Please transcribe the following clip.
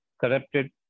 corrupted